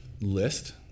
list